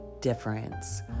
difference